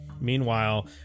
Meanwhile